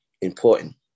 important